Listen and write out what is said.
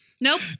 Nope